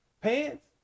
pants